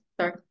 sorry